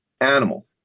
animal